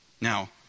Now